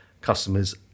customers